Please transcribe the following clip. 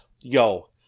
yo